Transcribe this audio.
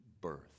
birth